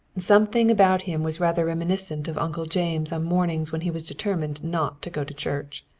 something about him was rather reminiscent of uncle james on mornings when he was determined not to go to church.